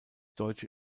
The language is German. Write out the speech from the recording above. deutsche